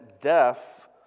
deaf